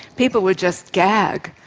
people would just gag.